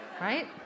right